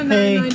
Hey